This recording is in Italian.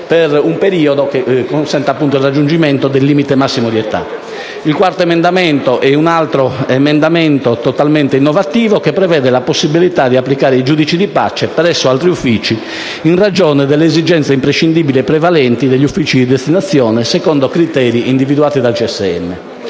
per un periodo che permetta il raggiungimento del limite massimo di età. Anche il quarto emendamento è totalmente innovativo e prevede la possibilità di applicare i giudici di pace presso altri uffici, in ragione delle esigenze imprescindibili e prevalenti degli uffici di destinazione, secondo criteri individuati dal CSM.